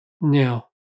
Now